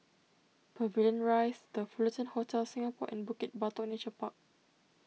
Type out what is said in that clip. Pavilion Rise the Fullerton Hotel Singapore and Bukit Batok Nature Park